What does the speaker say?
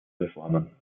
reformen